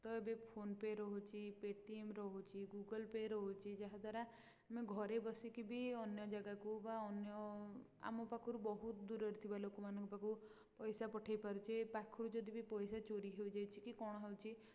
ତ ଏବେ ଫୋନପେ ରହୁଛି ପେଟିଏମ ରହୁଛି ଗୁଗଲ ପେ ରହୁଛି ଯାହାଦ୍ୱାରା ଆମେ ଘରେ ବସିକି ବି ଅନ୍ୟ ଜାଗାକୁ ବା ଅନ୍ୟ ଆମ ପାଖରୁ ବହୁତ ଦୂରରେ ଥିବା ଲୋକମାନଙ୍କ ପାଖକୁ ପଇସା ପଠେଇ ପାରୁଛେ ପାଖରୁ ଯଦି ପଇସା ଚୋରି ହେଇଯାଉଛି କି କ'ଣ ହେଉଛି